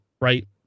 right